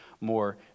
more